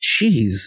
Jeez